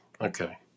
Okay